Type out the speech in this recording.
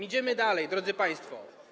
Idziemy dalej, drodzy państwo.